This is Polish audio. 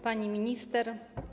Pani Minister!